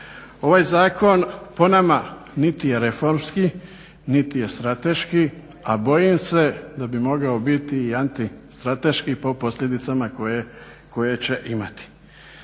Ovaj zakon po nama niti je reformski, niti je strateški, a bojim se da bi mogao biti i antistrateški po posljedicama koje će imati.